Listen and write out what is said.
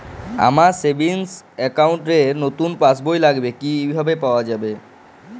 আমার savings account র নতুন পাসবই লাগবে কিভাবে পাওয়া যাবে?